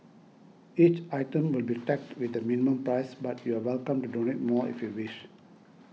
each item will be tagged with a minimum price but you're welcome to donate more if you wish